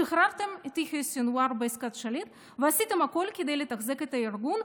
שחררתם את יחיא סנוואר בעסקת שליט ועשיתם הכול כדי לתחזק את הארגון,